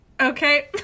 okay